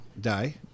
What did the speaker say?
die